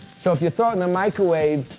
so if you throw it in the microwave,